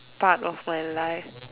part of my life